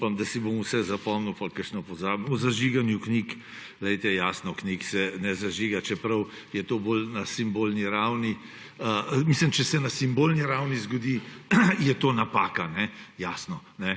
Upam, da si bom vse zapomnil, pa da bom kakšno pozabil. O zažiganju knjig. Glejte, jasno, knjig se ne zažiga, čeprav je to bolj na simbolni ravni. Če se to na simbolni ravni zgodi, je to napaka, jasno,